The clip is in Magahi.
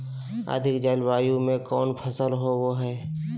अधिक जलवायु में कौन फसल होबो है?